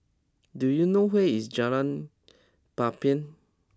do you know where is Jalan Papan